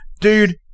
dude